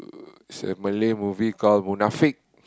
uh it's a Malay movie called Munafik